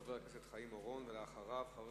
חבר הכנסת חיים אורון, בבקשה.